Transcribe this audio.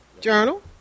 Journal